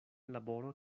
laboro